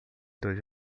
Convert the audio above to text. dois